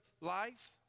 life